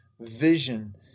vision